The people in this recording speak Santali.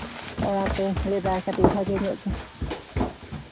ᱚᱱᱟᱛᱮ ᱞᱟᱹᱭᱫᱟ ᱠᱟᱹᱴᱤᱡ ᱵᱷᱟᱜᱤ ᱧᱚᱜ ᱜᱮ